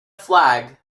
flag